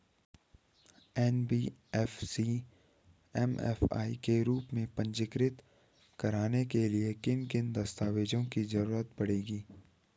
NBFC MFI के रूप में पंजीकृत कराने के लिए किन किन दस्तावेजों की जरूरत पड़ेगी?